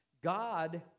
God